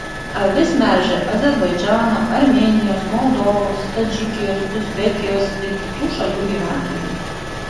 avis melžia azerbaidžano armėnijos moldovos tadžikijos uzbekijos ir kitų šalių gyventojai